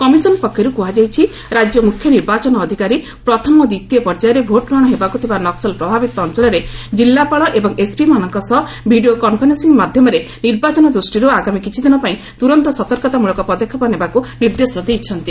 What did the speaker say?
commission ପକ୍ଷରୁ କୁହାଯାଇଛି ରାଜ୍ୟ ମୁଖ୍ୟ ନିର୍ବାଚନ ଅଧିକାରୀ ପ୍ରଥମ ଓ ଦ୍ୱିତୀୟ ପର୍ଯ୍ୟାୟରେ ଭୋଟ୍ଗ୍ରହଣ ହେବାକୁ ଥିବା ନକ୍କଲ୍ ପ୍ରଭାବିତ ଅଞ୍ଚଳରେ ଜିଲ୍ଲାପାଳ ଏବଂ ଏସ୍ପିମାନଙ୍କ ସହ ଭିଡ଼ିଓ କନ୍ଫରେନ୍ସିଂ ମାଧ୍ୟମରେ ନିର୍ବାଚନ ଦୃଷ୍ଟିରୁ ଆଗାମୀ କିଛିଦିନ ପାଇଁ ତୁରନ୍ତ ସତର୍କତାମଳକ ପଦକ୍ଷେପ ନେବାକୁ ନିର୍ଦ୍ଦେଶ ଦେଇଛନ୍ତି